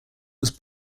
was